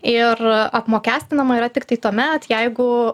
ir apmokestinama yra tiktai tuomet jeigu